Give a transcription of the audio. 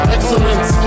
Excellence